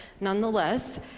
nonetheless